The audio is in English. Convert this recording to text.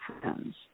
friends